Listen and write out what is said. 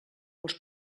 els